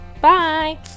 Bye